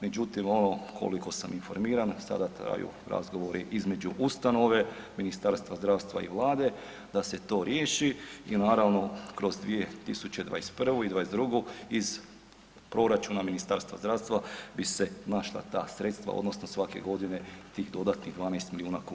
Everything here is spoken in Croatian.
Međutim, ono koliko sam informiran sada traju razgovori između ustanove, Ministarstva zdravstva i vlade da se to riješi i naravno kroz 2021. i '22. iz proračuna Ministarstva zdravstva bi se našla ta sredstva odnosno svake godine tih dodatnih 12 milijuna kuna.